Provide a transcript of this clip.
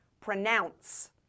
Pronounce